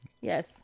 Yes